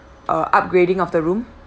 or upgrading of the room